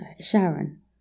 Sharon